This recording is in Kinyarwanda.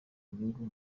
inyungu